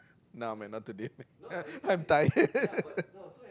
nah man not today man I'm tired